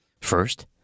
First